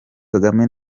kagame